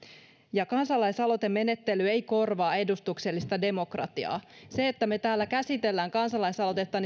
kansalaisaloitemenettely ei korvaa edustuksellista demokratiaa se että me täällä käsittelemme kansalaisaloitetta